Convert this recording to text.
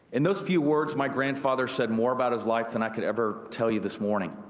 in those few words my grandfather said more about his life than i could ever tell you this morning.